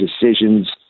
decisions